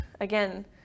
again